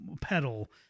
pedal